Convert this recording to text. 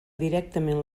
directament